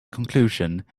conclusion